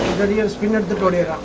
video screen of